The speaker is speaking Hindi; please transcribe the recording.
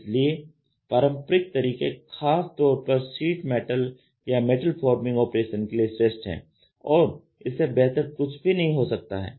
इसलिए पारंपरिक तरीके ख़ास तौर पर शीट मेटल या मेटल फार्मिंग ऑपरेशन के लिए श्रेष्ठ हैं और इससे बेहतर कुछ भी नहीं हो सकता है